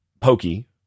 pokey